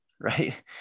Right